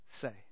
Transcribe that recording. say